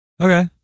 okay